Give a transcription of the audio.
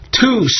two